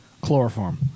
Chloroform